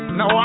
no